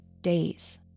days